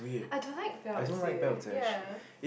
I don't like belts eh ya